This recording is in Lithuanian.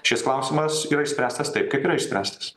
šis klausimas yra išspręstas taip kaip yra išspręstas